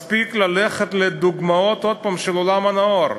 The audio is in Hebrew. מספיק ללכת עוד פעם לדוגמאות של העולם הנאור,